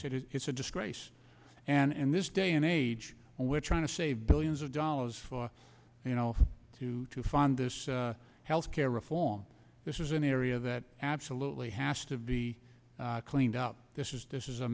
it's a disgrace and in this day and age we're trying to save billions of dollars for you know if to fund this health care reform this is an area that absolutely has to be cleaned out this is this is a